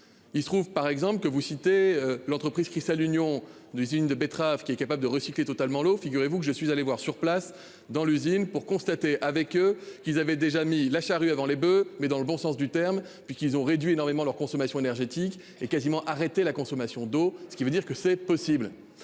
Il se trouve par exemple que vous citez l'entreprise Cristal Union d'usine de betteraves qui est capable de recycler totalement eau figurez-vous que je suis allée voir sur place dans l'usine pour constater avec eux qui avaient déjà mis la charrue avant les boeufs. Mais dans le bon sens du terme, puisqu'ils ont réduit énormément leur consommation énergétique et quasiment arrêté la consommation d'eau, ce qui veut dire que c'est possible